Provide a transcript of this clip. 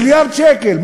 מיליארד שקל,